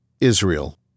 Israel